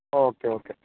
okay okay